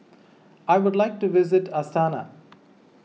I would like to visit Astana